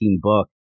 book